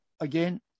Again